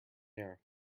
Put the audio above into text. air